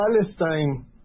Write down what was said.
Palestine